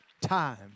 time